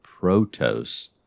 protos